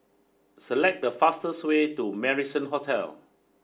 select the fastest way to Marrison Hotel